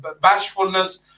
bashfulness